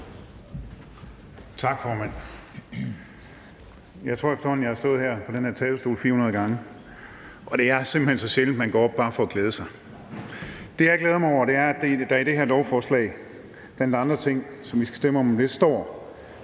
Tak, formand. Jeg tror efterhånden, jeg har stået på den her talerstol 400 gange, og det er simpelt hen så sjældent, at man går op for bare at glæde sig. Det, jeg glæder mig over, er, at der i det her lovforslag blandt andre ting, som vi skal stemme om om lidt, står: